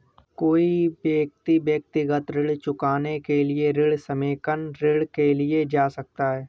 कोई व्यक्ति व्यक्तिगत ऋण चुकाने के लिए ऋण समेकन ऋण के लिए जा सकता है